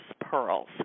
pearls